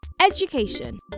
Education